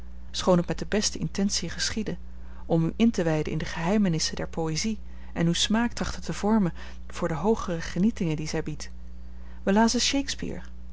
het met de beste intentiën geschiedde om u in te wijden in de geheimenissen der poëzie en uw smaak trachtte te vormen voor de hoogere genietingen die zij biedt wij lazen shakespeare